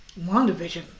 Wandavision